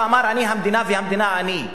שאמר: אני המדינה והמדינה אני,